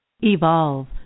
Evolve